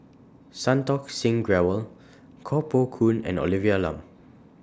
Santokh Singh Grewal Koh Poh Koon and Olivia Lum